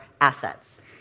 assets